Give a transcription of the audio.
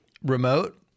Remote